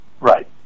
Right